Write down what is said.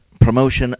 promotion